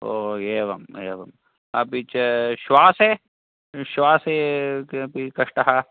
ओ एवं एवम् अपि च श्वासे श्वासे किमपि कष्टः